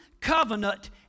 covenant